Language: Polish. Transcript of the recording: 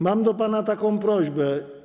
Mam do pana taką prośbę.